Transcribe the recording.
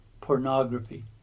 pornography